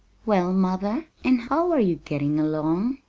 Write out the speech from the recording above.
well, mother, and how are you getting along?